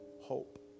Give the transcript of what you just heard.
hope